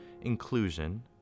inclusion